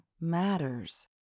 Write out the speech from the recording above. matters